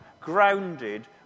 grounded